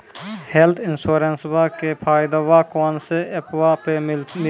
Health इंश्योरेंसबा के फायदावा कौन से ऐपवा पे मिली?